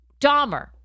Dahmer